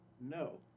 No